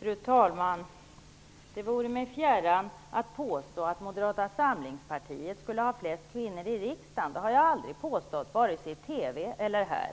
Fru talman! Det vore mig fjärran att påstå att Moderata samlingspartiet har flest kvinnor i riksdagen. Det har jag aldrig påstått, vare sig i TV eller här i